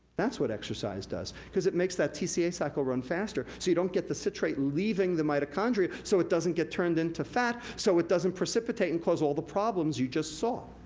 that's what exercise does, cause it makes that tca cycle run faster, so you don't get the citrate leaving the mitochondria, so it doesn't get turned into fat, so it doesn't precipitate and cause all the problems you just saw.